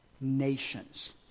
nations